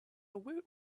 woot